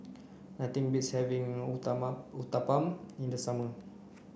nothing beats having Uthapam in the summer